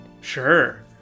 Sure